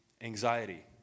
anxiety